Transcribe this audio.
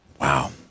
wow